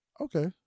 okay